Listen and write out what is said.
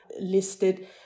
listed